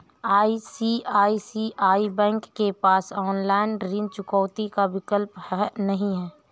क्या ICICI bank के पास ऑनलाइन ऋण चुकौती का विकल्प नहीं है?